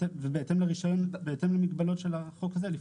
ובהתאם למגבלות של החוק הזה.